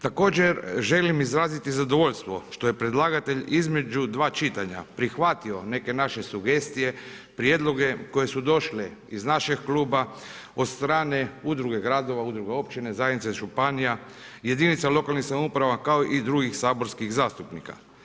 Također želim izraziti zadovoljstvo što je predlagatelj između dva čitanja prihvatio neke naše sugestije, prijedloge koji su došli iz našega kluba od strane Udruga gradova, Udruga općina, zajednica županija, jedinica lokalnih samouprava kao i drugih saborskih zastupnika.